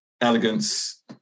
elegance